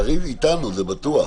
קארין איתנו, זה בטוח.